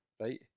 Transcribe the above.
right